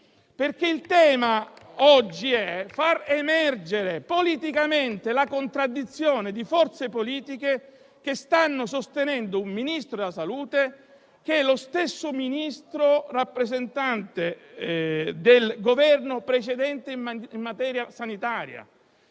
Oggi il tema è far emergere politicamente la contraddizione di forze politiche che stanno sostenendo un Ministro della salute che è lo stesso rappresentante del Governo precedente in materia sanitaria: